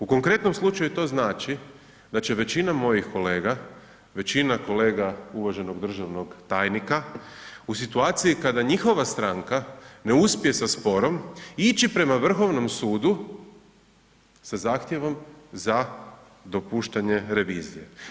U konkretnom slučaju to znači da će većina mojih kolega, većina kolega uvaženog državnog tajnika, u situaciji kada njihova stranke ne uspije sa sporom, ići prema Vrhovnom sudu sa zahtjevom za dopuštanje revizije.